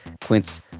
Quince